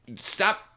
Stop